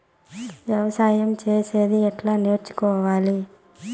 వ్యవసాయం చేసేది ఎట్లా నేర్చుకోవాలి?